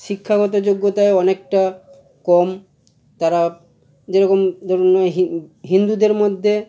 শিক্ষাগত যোগ্যতায় অনেকটা কম তারা যেরকম ধরুন না হিন হিন্দুদের মধ্যে